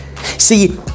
See